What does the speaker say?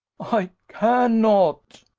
i cannot,